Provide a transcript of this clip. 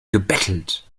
gebettelt